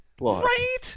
Right